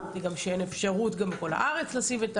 הבנתי גם שאין אפשרות בכל הארץ לשים את